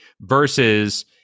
Versus